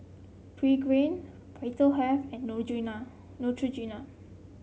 Pregain Vitahealth and Neutrogena